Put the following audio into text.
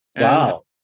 Wow